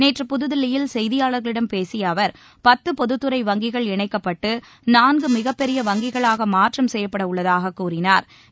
நேற்று புதுதில்லியில் செய்தியாளர்களிடம் பேசிய அவர் பத்து பொது துறை வங்கிகள் இணைக்கப்பட்டு நான்கு மிகப்பெரிய வங்கிகளாக மாற்றம் செய்யப்படவுள்ளதாக கூறினாா்